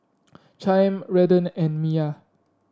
Chaim Redden and Miya